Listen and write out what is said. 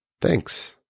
Thanks